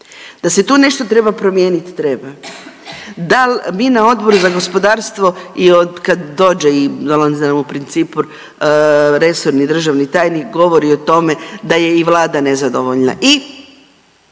da se tu nešto treba promijeniti, treba, dal mi na Odboru za gospodarstvo i od kad dođe i …/Govornica se ne razumije./… u principu resorni državni tajnik govori o tome da je i vlada nezadovoljna i